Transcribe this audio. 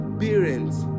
parents